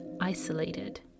isolated